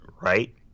right